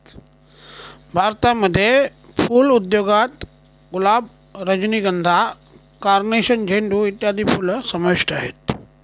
भारतामध्ये फुल उद्योगात गुलाब, रजनीगंधा, कार्नेशन, झेंडू इत्यादी फुलं समाविष्ट आहेत